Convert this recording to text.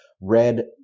red